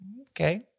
Okay